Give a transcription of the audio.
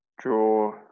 draw